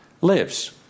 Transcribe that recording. lives